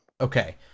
Okay